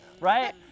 right